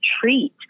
treat